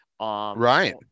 Right